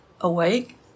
awake